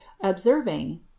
observing